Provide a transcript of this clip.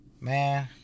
man